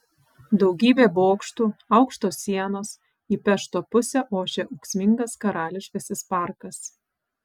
daugybė bokštų aukštos sienos į pešto pusę ošia ūksmingas karališkasis parkas